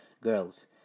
Girls